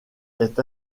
est